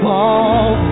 Fall